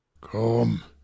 Come